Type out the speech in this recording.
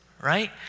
right